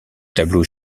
tableau